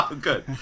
good